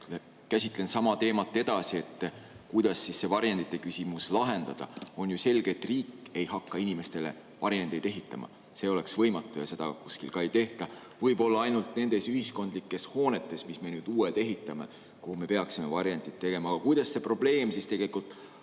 Käsitlen edasi sama teemat, kuidas see varjendite küsimus lahendada. On ju selge, et riik ei hakka inimestele varjendeid ehitama. See oleks võimatu ja seda kuskil ka ei tehta. Võib-olla ainult nendes ühiskondlikes hoonetes, mis me nüüd uued ehitame, peaksime varjendid ka tegema. Aga kuidas siis see probleem tegelikult